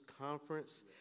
conference